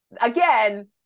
again